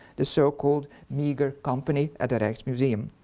the so called meagre company at the rijks museum.